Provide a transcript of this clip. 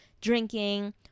drinking